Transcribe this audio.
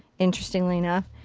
interestingly enough.